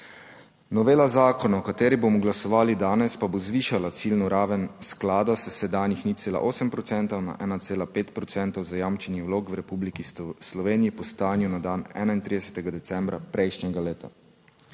Novela zakona, o kateri bomo glasovali danes, pa bo zvišala ciljno raven sklada s sedanjih 0,8 procentov na 1,5 procentov zajamčenih vlog v Republiki Sloveniji po stanju na dan 31. decembra prejšnjega leta.